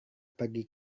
pergi